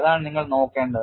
അതാണ് നിങ്ങൾ നോക്കേണ്ടത്